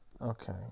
Okay